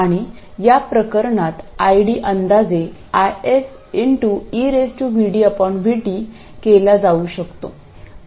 आणि या प्रकरणात ID अंदाजे IS eVdVt केला जाऊ शकतो